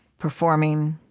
performing,